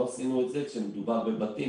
לא עשינו את זה כשמדובר בבתים,